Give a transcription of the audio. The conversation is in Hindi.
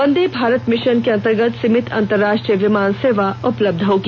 वंदे भारत मिशन के अंतर्गत सीमित अंतरराष्ट्रीय विमान सेवा उपलब्ध होगी